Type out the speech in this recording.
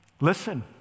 Listen